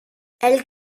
elle